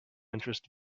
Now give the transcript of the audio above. interest